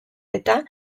eta